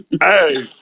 Hey